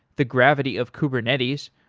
the gravity of kubernetes.